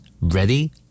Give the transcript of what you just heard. Ready